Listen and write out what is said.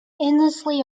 endlessly